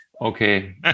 Okay